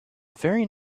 very